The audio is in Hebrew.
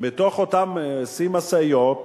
מתוך אותו צי משאיות,